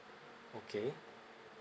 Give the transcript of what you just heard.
okay